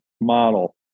model